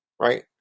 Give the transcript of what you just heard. right